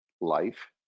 life